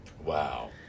Wow